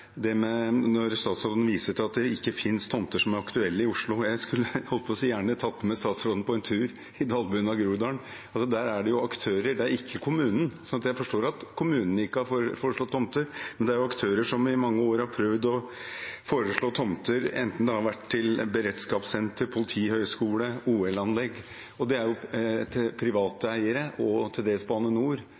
når statsråden viser til at det ikke finnes tomter som er aktuelle i Oslo. Jeg holdt på å si at jeg skulle gjerne tatt med statsråden på en tur i Groruddalen. Der er det aktører, ikke kommunen – jeg forstår at kommunen ikke har foreslått tomter – som i mange år har prøvd å foreslå tomter, enten det har vært til beredskapssenter, politihøyskole eller OL-anlegg. Det er private eiere, og til dels Bane NOR,